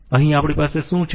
અહીં આપણી પાસે શું છે